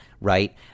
right